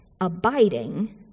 Abiding